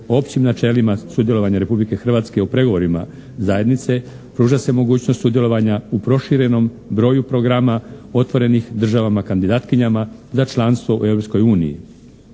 općim načelima sudjelovanja Republike Hrvatske u programima zajednice pruža se mogućnost sudjelovanja u proširenom broju programa otvorenih državama kandidatkinjama za članstvo u